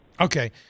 okay